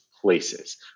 places